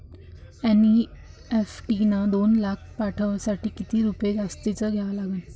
NEFT न दोन लाख पाठवासाठी किती रुपये जास्तचे द्या लागन?